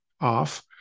off